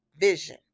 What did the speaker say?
vision